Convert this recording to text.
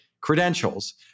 credentials